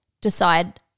decide